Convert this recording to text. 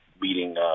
meeting